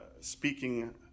speaking